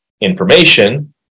information